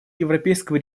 европейского